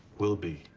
will be?